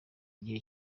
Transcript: igihe